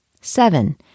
Seven